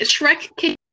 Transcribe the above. shrek